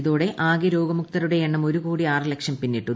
ഇതോടെ ആകെ രോഗമുക്തരുടെ എണ്ണം ഒരു കോടി ആറുലക്ഷം പിന്നിട്ടു